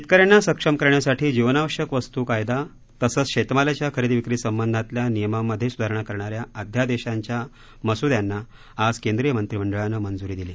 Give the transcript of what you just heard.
शेतकऱ्यांना सक्षम करण्यासाठी जीवनावश्यक वस्तू कायदा तसंच शेतमालाच्या खरेदी विक्री संबंधातल्या नियमांमधे सुधारणा करणाऱ्या अध्यादेशांच्या मसुद्यांना आज केंद्रीय मंत्रिमंडळाने मंजुरी दिली